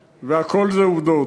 אתה שר, תגיד את האמת.